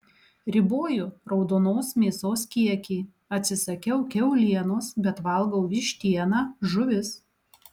riboju raudonos mėsos kiekį atsisakiau kiaulienos bet valgau vištieną žuvis